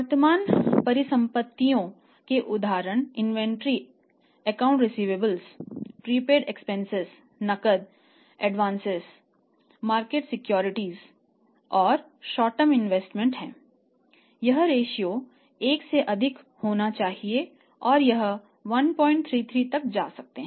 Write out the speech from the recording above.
वर्तमान परिसंपत्तियों के उदाहरण इन्वेंट्री एक से अधिक होना चाहिए और यह 133 तक जा सकता है